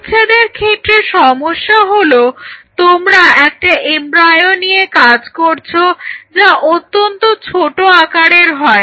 ব্যবচ্ছেদের ক্ষেত্রে সমস্যা হলো তোমরা একটা এমব্রায়ো নিয়ে কাজ করছ যা অত্যন্ত ছোট আকারের হয়